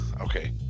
Okay